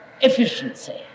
efficiency